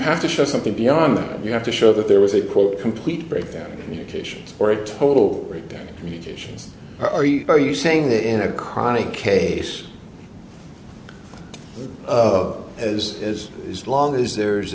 have to show something beyond that you have to show that there was a quote complete breakdown in communications or a total breakdown in communications or are you saying that in a chronic case as as long as there's